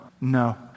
No